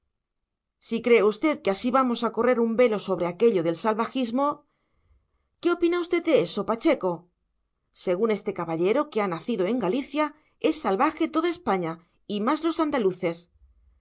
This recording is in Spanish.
si cree usted que así vamos a correr un velo sobre aquello del salvajismo qué opina usted de eso pacheco según este caballero que ha nacido en galicia es salvaje toda españa y más los andaluces